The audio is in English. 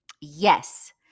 Yes